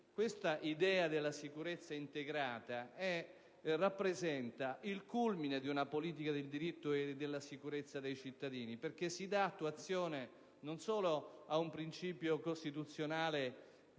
questa idea della sicurezza integrata rappresenta il culmine della politica del diritto e della sicurezza dei cittadini, perché in essa si dà attuazione a un principio costituzionale che